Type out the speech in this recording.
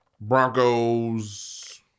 Broncos